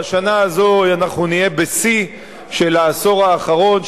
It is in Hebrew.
והשנה הזאת אנחנו נהיה בשיא של העשור האחרון,